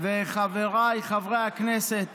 וחבריי חברי הכנסת